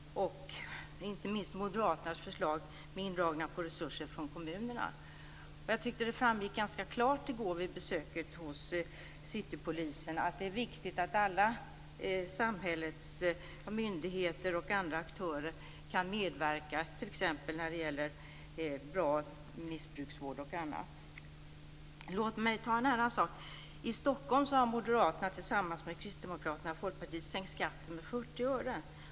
Det gäller inte minst moderaternas förslag med indragna resurser från kommunerna. Jag tyckte att det framgick ganska klart i går vid besöket hos citypolisen att det är viktigt att alla samhällets myndigheter och andra aktörer kan medverka t.ex. när det gäller bra missbrukarvård och annat. Låt mig ta upp en annan sak. I Stockholm har Folkpartiet sänkt skatten med 40 öre.